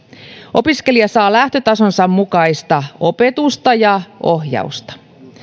opiskelija saa lähtötasonsa mukaista opetusta ja ohjausta